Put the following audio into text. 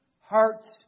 hearts